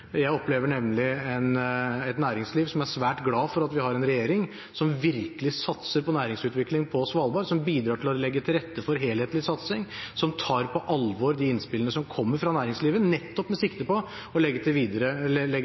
Jeg opplever nemlig et næringsliv som er svært glad for at vi har en regjering som virkelig satser på næringsutvikling på Svalbard, som bidrar til å legge til rette for helhetlig satsing, som tar på alvor de innspillene som kommer fra næringslivet, nettopp med sikte på å legge til rette for videre